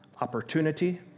opportunity